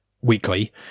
weekly